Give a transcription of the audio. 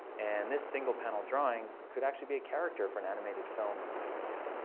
and this single panel drawing could actually be a character for an animated film idea.